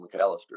mcallister